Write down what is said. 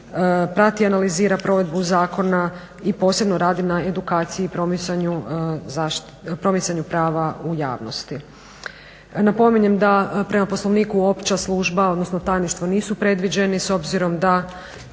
prati i analizira provedbu zakona i posebno radi na edukaciji i promicanju prava u javnosti. Napominjem da prema Poslovniku opća služba odnosno tajništvo nisu predviđeni s obzirom da